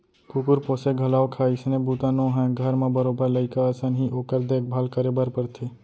कुकुर पोसे घलौक ह अइसने बूता नोहय घर म बरोबर लइका असन ही ओकर देख भाल करे बर परथे